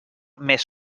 més